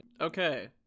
Okay